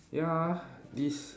ya this